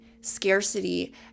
scarcity